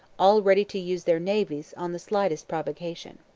all ready to use their navies on the slightest provocation.